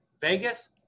Vegas